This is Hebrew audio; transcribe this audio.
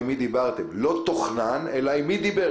לא תוכנן, אלא עם מי דיברת